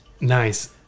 Nice